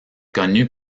connu